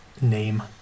name